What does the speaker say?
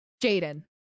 Jaden